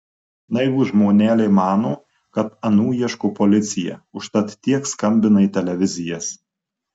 naivūs žmoneliai mano kad anų ieško policija užtat tiek skambina į televizijas